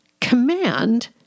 command